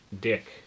dick